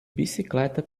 bicicleta